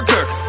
Kirk